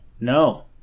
no